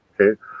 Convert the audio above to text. okay